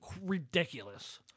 ridiculous